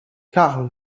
carl